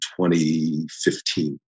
2015